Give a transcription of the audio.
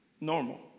normal